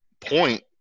point